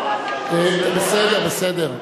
בסדר, בסדר.